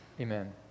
Amen